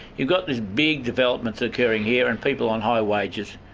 you've got these big developments occurring here and people on high wages,